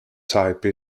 type